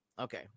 Okay